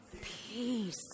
Peace